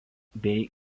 bei